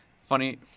funny